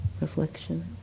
reflection